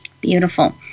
Beautiful